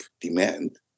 demand